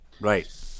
Right